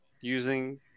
using